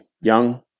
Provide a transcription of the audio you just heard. young